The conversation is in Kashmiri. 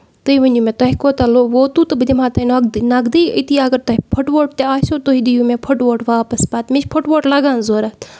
تُہۍ ؤنیو مےٚ تۄہہِ کوتاہ ووتوُ تہٕ بہٕ دِمہا تۄہہِ نۄقدٕے نَقدٕے أتی اَگر تۄہہِ پھُٹووٹ تہِ آسہِ وُ تُہۍ دِیو مےٚ پھُٹووٹ واپَس پَتہٕ مےٚ چھُ پھُٹووٹ لگان ضروٗرَت